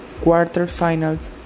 quarterfinals